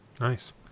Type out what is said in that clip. nice